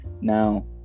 Now